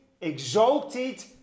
exalted